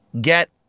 get